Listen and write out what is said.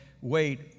wait